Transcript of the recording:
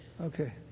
Okay